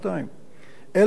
אלה בדרך כלל קבועי הזמן.